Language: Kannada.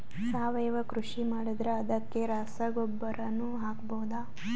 ಸಾವಯವ ಕೃಷಿ ಮಾಡದ್ರ ಅದಕ್ಕೆ ರಸಗೊಬ್ಬರನು ಹಾಕಬಹುದಾ?